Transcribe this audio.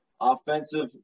offensive